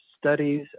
Studies